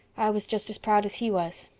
i was just as proud as he was.